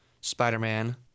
Spider-Man